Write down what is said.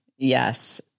Yes